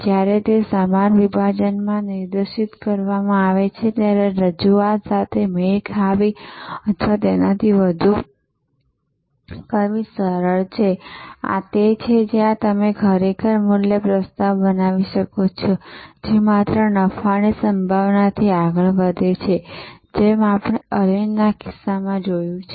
જ્યારે તે સમાન વિભાજનમાં નિર્દેશિત કરવામાં આવે ત્યારે રજૂઆત સાથે મેળ ખાવી અથવા તેનાથી વધુ કરવી સરળ છે આ તે છે જ્યાં તમે ખરેખર મૂલ્ય પ્રસ્તાવ બનાવી શકો છો જે માત્ર નફાની સંભાવનાથી આગળ વધે છે જેમ આપણે અરવિંદના કિસ્સામાં જોયું છે